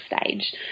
stage